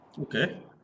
okay